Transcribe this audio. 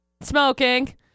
smoking